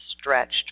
stretched